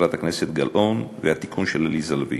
חברת הכנסת גלאון והתיקון של עליזה לביא,